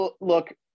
Look